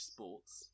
Sports